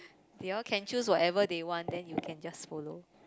they all can choose whatever they all want then you can just follow